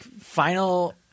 final